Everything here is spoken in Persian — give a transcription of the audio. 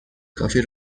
کافی